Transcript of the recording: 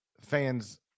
fans